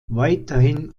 weiterhin